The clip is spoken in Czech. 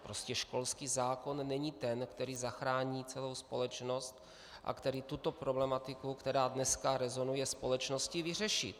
Prostě školský zákon není ten, který zachrání celou společnost a který tuto problematiku, která dneska rezonuje společností, vyřeší.